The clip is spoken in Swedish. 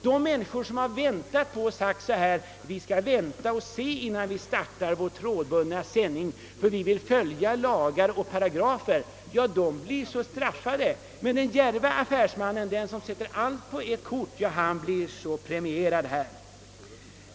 Den som velat följa lagar och förordningar och därför väntat med att starta trådsändning, blir straffad om han nu börjar sända, men den djärve affärsmannen, som startat tidigare blir premierad.